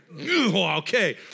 okay